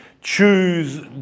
choose